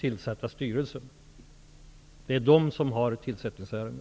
tillsatta styrelsen. Det är styrelsen som handhar tillsättningsärenden.